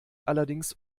allerdings